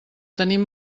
tenim